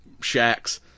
shacks